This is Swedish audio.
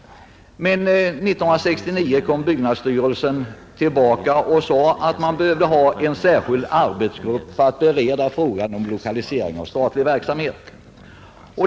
Men 1969 kom byggnadsstyrelsen tillbaka och sade att man behövde ha en särskild arbetsgrupp för att bereda frågan om lokalisering av statlig verksamhet.